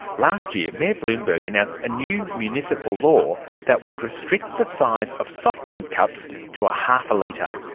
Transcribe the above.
last year mayor bloomberg announced a new municipal law that would restrict the size of soft drink cups to ah half a litre.